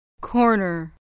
Corner